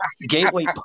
Gateway